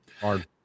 hard